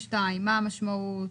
מה המשמעות של סעיף 32?